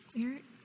Eric